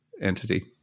entity